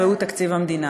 והוא תקציב המדינה.